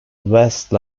waste